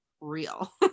real